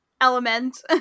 element